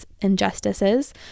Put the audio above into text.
injustices